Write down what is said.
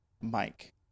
Mike